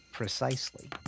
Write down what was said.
Precisely